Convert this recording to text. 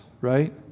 right